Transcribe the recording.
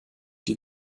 die